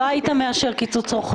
לא היית מאשר קיצוץ רוחבי.